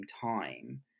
time